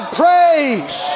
praise